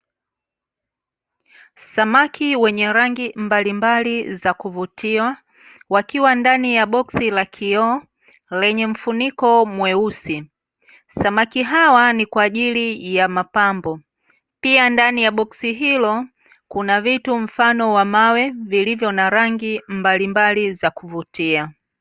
Samaki wenye rangi mbalimbali za kuvutiwa, wakiwa ndani ya boksi la kioo, lenye mfuniko mweusi. Samaki hawa ni kwa ajili ya mapambo. Pia ndani ya boksi hilo kuna vitu mfano wa mawe, vilivyo na rangi mbalimbali za kuvutia.